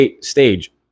stage